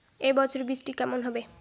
এবছর বৃষ্টি কেমন হবে?